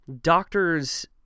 doctors